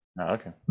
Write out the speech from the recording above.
okay